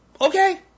Okay